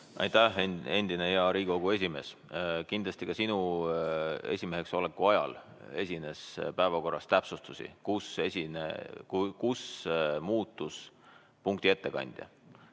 Aitäh, hea endine Riigikogu esimees! Kindlasti ka sinu esimeheks oleku ajal esines päevakorras täpsustusi, kus muutus punkti ettekandja.